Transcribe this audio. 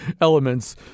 elements